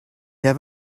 have